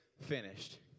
finished